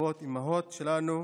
אבות ואימהות שלנו,